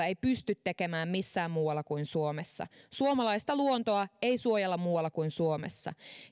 ei pysty tekemään missään muualla kuin suomessa suomalaista luontoa ei suojella muualla kuin suomessa